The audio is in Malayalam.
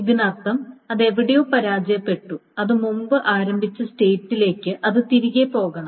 ഇതിനർത്ഥം അത് എവിടെയോ പരാജയപ്പെട്ടു അത് മുമ്പ് ആരംഭിച്ച സ്റ്റേറ്റിലേക്ക് അത് തിരികെ പോകണം